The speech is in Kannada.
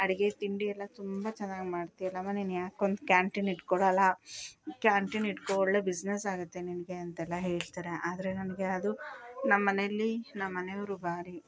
ಅಡುಗೆ ತಿಂಡಿ ಎಲ್ಲ ತುಂಬ ಚೆನ್ನಾಗಿ ಮಾಡ್ತೀಯಲ್ಲಮ್ಮ ನೀನ್ಯಾಕೆ ಒಂದು ಕ್ಯಾಂಟೀನ್ ಇಟ್ಕೋಳಲ್ಲ ಕ್ಯಾಂಟೀನ್ ಇಟ್ಕೋ ಒಳ್ಳೆ ಬಿಸ್ನೆಸಾಗುತ್ತೆ ನಿನಗೆ ಅಂತೆಲ್ಲ ಹೇಳ್ತಾರೆ ಆದರೆ ನನಗೆ ಅದು ನಮ್ಮನೇಲಿ ನಮ್ಮನೆಯವರು ಬಾರಿ